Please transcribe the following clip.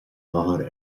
láthair